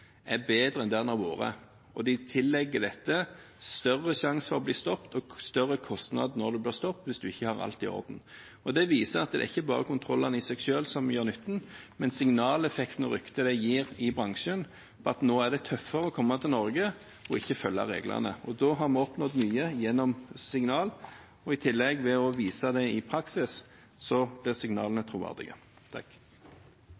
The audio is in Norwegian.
er bedre enn den har vært. Vegvesenet legger i dette at det er større sjanse for å bli stoppet, og større kostnader når en blir stoppet hvis en ikke har alt i orden. Det viser at det er ikke bare kontrollene i seg selv som gjør nytten, men signaleffekten og ryktet det gir i bransjen, at nå er det tøffere å komme til Norge og ikke følge reglene. Da har vi oppnådd mye gjennom signaler, i tillegg til å vise det i praksis. Da blir signalene troverdige.